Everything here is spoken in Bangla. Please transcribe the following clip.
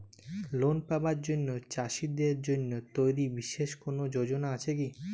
লোন পাবার জন্য চাষীদের জন্য তৈরি বিশেষ কোনো যোজনা আছে কি?